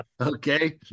okay